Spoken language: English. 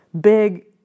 big